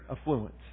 affluent